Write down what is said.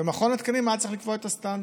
ומכון התקנים היה צריך לקבוע את הסטנדרט.